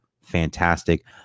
fantastic